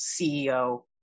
CEO